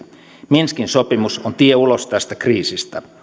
minskin sopimus on tie ulos tästä kriisistä